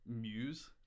muse